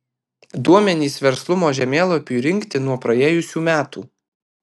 duomenys verslumo žemėlapiui rinkti nuo praėjusių metų